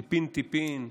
טיפין-טיפין,